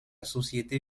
société